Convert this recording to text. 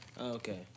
Okay